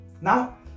Now